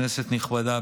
כנסת נכבדה,